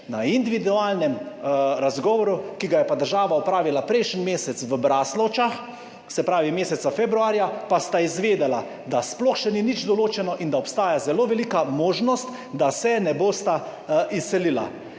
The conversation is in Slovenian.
Na individualnem razgovoru, ki ga je država opravila prejšnji mesec v Braslovčah, se pravi meseca februarja, pa sta izvedela, da sploh še ni nič določeno in da obstaja zelo velika možnost, da se ne bosta izselila.